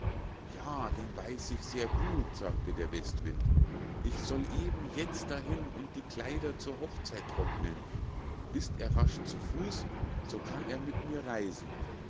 ja den weiß ich sehr gut sagte der westwind ich soll eben jetzt dahin und die kleider zur hochzeit trocknen ist er rasch zu fuß so kann er mit mir reisen